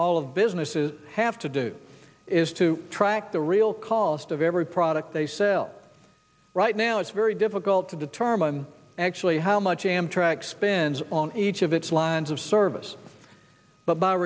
all of businesses have to do is to track the real cost of every product they sell right now it's very difficult to determine actually how much amtrak spends on each of its lines of service but by